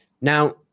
Now